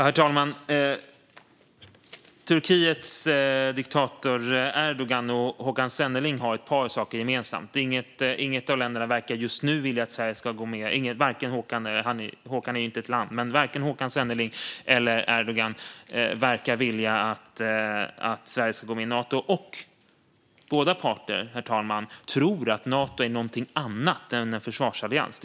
Herr talman! Turkiets diktator Erdogan och Håkan Svenneling har ett par saker gemensamt. Varken Håkan Svenneling eller Erdogan verkar vilja att Sverige ska gå med i Nato, och båda parter, herr talman, tror att Nato är någonting annat än en försvarsallians.